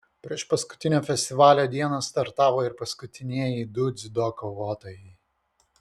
priešpaskutinę festivalio dieną startavo ir paskutinieji du dziudo kovotojai